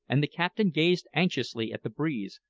and the captain gazed anxiously at the breeze,